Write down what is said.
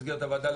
במסגרת הוועדה,